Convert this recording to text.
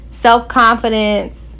self-confidence